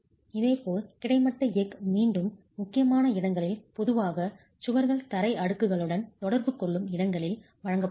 இதேபோல் கிடைமட்ட எஃகு மீண்டும் முக்கியமான இடங்களில் பொதுவாக சுவர்கள் தரை அடுக்குகளுடன் தொடர்பு கொள்ளும் இடங்களில் வழங்கப்பட வேண்டும்